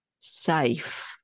Safe